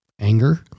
anger